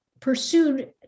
pursued